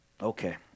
Okay